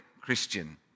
Christian